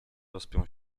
rozpiął